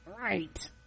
right